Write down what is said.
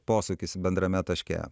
posūkis bendrame taške